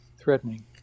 Threatening